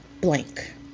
blank